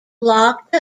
locked